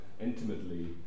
intimately